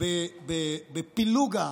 בפילוג העם,